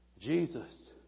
Jesus